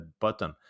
button